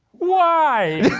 why?